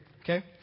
Okay